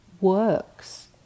works